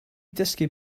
dysgu